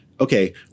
okay